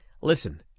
Listen